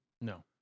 No